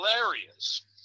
hilarious